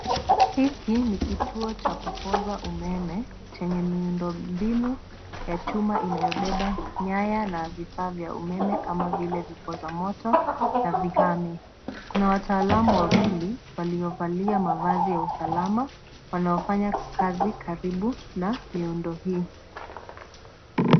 Hiki ni kituo cha kupoza umeme, chenye miundo mbinu ya chuma inayobeba nyaya na vifaa vya umeme kama vile vipoza moto na vihami. Kuna wataalamu wawili, waliovalia mavazi ya usalama wanaofanya kazi karibu na miundo hii.